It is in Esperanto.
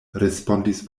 respondis